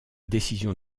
décision